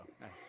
Nice